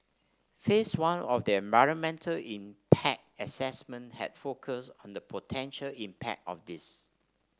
phase one of the environmental impact assessment had focused on the potential impact of this